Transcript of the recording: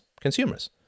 consumers